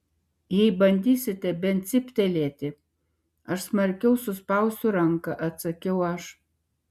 jei bandysite bent cyptelėti aš smarkiau suspausiu ranką atsakiau aš